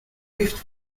rift